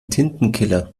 tintenkiller